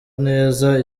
neza